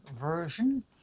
Version